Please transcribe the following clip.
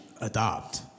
adopt